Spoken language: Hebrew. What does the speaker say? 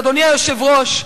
אדוני היושב-ראש,